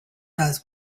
does